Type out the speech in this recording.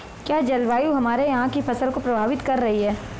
क्या जलवायु हमारे यहाँ की फसल को प्रभावित कर रही है?